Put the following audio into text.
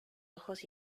ojos